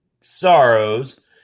Sorrows